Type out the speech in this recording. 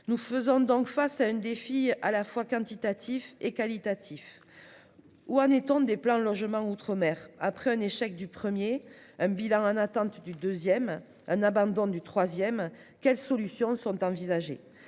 Nous faisons donc face à un défi à la fois quantitatif et qualitatif. Où en est-on des plans logement outre-mer ? Après l'échec du premier, le bilan en attente du deuxième et l'abandon du troisième, quelles solutions sont envisagées ?